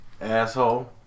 Asshole